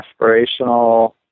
aspirational